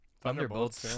Thunderbolts